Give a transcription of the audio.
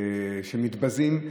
שמתבזים,